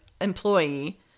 employee